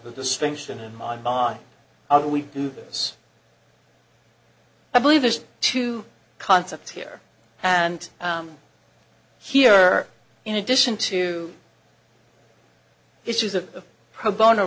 the distinction in mind by how do we do this i believe is two concepts here and here in addition to issues of pro bono